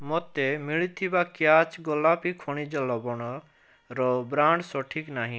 ମୋତେ ମିଳିଥିବା କ୍ୟାଚ୍ ଗୋଲାପୀ ଖଣିଜ ଲବଣର ବ୍ରାଣ୍ଡ୍ ସଠିକ୍ ନାହିଁ